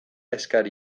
eskari